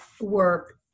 work